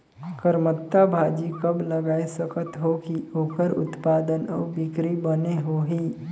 करमत्ता भाजी कब लगाय सकत हो कि ओकर उत्पादन अउ बिक्री बने होही?